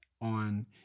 on